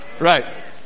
Right